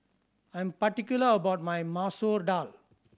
I'm particular about my Masoor Dal